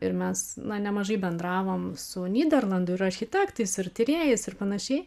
ir mes na nemažai bendravom su nyderlandų ir architektais ir tyrėjais ir panašiai